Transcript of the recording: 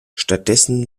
stattdessen